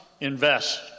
invest